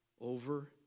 over